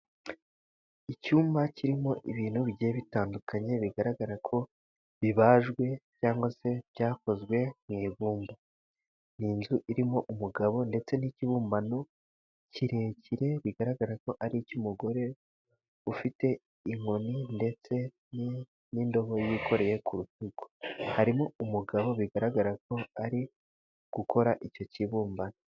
Icyumba kirimo ibintu bigiye bitandukanye bigaragara ko bibajwe cyangwa se byakozwe mu ibumba. Ni inzu irimo umugabo ndetse n'ikibumbano kirekire bigaragara ko ari icy'umugore ufite inkoni ndetse n'indobo yikoreye ku rutugu ,harimo umugabo bigaragara ko ari gukora icyo kibumbano.